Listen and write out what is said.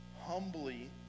humbly